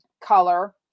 color